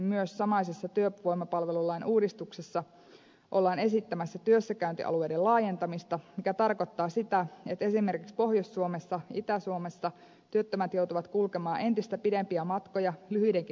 myös samaisessa työvoimapalvelulain uudistuksessa ollaan esittämässä työssäkäyntialueiden laajentamista mikä tarkoittaa sitä että esimerkiksi pohjois suomessa itä suomessa työttömät joutuvat kulkemaan entistä pidempiä matkoja lyhyidenkin pätkätöiden perässä